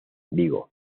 vigo